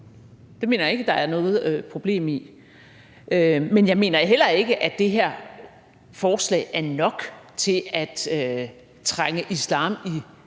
Det mener jeg ikke der er noget problem med. Men jeg mener heller ikke, at det her forslag er nok til at trænge islam i